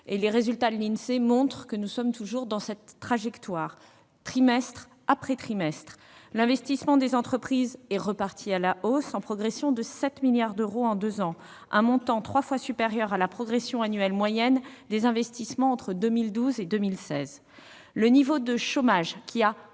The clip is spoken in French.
Les résultats de l'Insee montrent que nous sommes toujours dans cette trajectoire, trimestre après trimestre. L'investissement des entreprises est reparti à la hausse, en progression de 7 milliards d'euros en deux ans, un montant trois fois supérieur à la progression annuelle moyenne des investissements entre 2012 et 2016. Le niveau de chômage, qui a